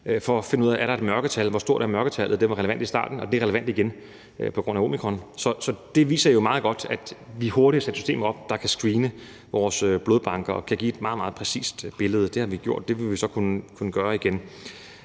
for at finde ud af: Er der et mørketal? Hvor stort er mørketallet? Det var relevant i starten, og det er relevant igen på grund af omikron. Så det viser jo meget godt, at vi hurtigt har sat et system op, der kan screene vores blodbanker og give et meget, meget præcist billede. Det har vi gjort, og det vil vi så kunne gøre igen.